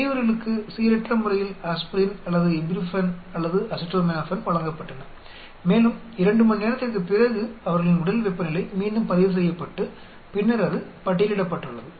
பெரியவர்களுக்கு சீரற்ற முறையில் ஆஸ்பிரின் அல்லது இப்யூபுரூஃபன் அல்லது அசிடமினோபன் வழங்கப்பட்டன மேலும் 2 மணி நேரத்திற்குப் பிறகு அவர்களின் உடல் வெப்பநிலை மீண்டும் பதிவு செய்யப்பட்டு பின்னர் அது பட்டியலிடப்பட்டுள்ளது